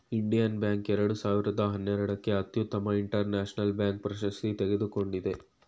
Indian bank ಎರಡು ಸಾವಿರದ ಹನ್ನೆರಡಕ್ಕೆ ಅತ್ಯುತ್ತಮ ಇಂಟರ್ನ್ಯಾಷನಲ್ ಬ್ಯಾಂಕ್ ಪ್ರಶಸ್ತಿ ತಗೊಂಡಿದೆ